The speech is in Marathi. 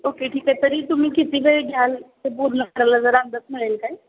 ओके ठीक आहे तरी तुम्ही किती वेळ घ्याल ते पूर्ण करायला जरा अंदाज मिळेल काय